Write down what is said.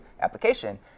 application